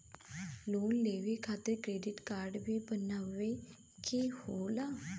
Loan लेवे खातिर credit काडे भी बनवावे के होला?